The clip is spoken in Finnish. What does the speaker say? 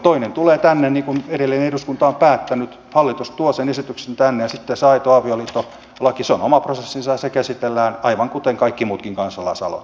toinen tulee tänne niin kuin edellinen eduskunta on päättänyt hallitus tuo sen esityksen tänne ja sitten se aito avioliitto laki on oma prosessinsa ja se käsitellään aivan kuten kaikki muutkin kansalaisaloitteet